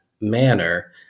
manner